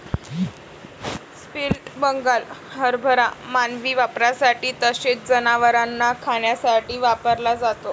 split Bengal हरभरा मानवी वापरासाठी तसेच जनावरांना खाण्यासाठी वापरला जातो